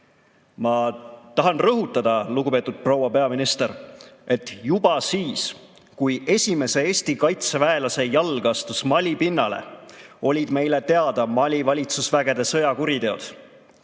Ma tahan rõhutada, lugupeetud proua peaminister, et juba siis, kui esimese Eesti kaitseväelase jalg astus Mali pinnale, olid meile teada Mali valitsusvägede sõjakuriteod.